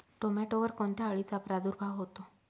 टोमॅटोवर कोणत्या अळीचा प्रादुर्भाव होतो?